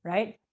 right?